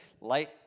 Light